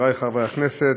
חברי חברי הכנסת,